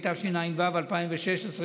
התשע"ו 2016,